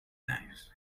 lives